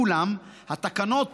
אולם התקנות